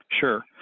Sure